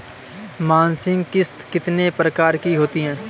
मासिक किश्त कितने प्रकार की होती है?